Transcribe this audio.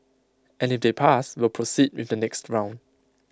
and if they pass we'll proceed with the next round